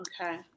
Okay